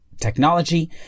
Technology